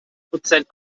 prozent